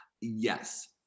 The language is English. Yes